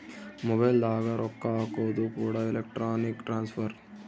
mobile ದಾಗ ರೊಕ್ಕ ಹಾಕೋದು ಕೂಡ ಎಲೆಕ್ಟ್ರಾನಿಕ್ ಟ್ರಾನ್ಸ್ಫರ್